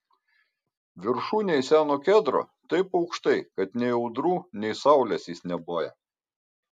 viršūnėj seno kedro taip aukštai kad nei audrų nei saulės jis neboja